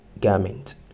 garment